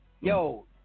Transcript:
Yo